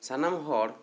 ᱥᱟᱱᱟᱢ ᱦᱚᱲ